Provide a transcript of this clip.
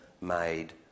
made